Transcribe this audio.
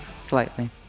Slightly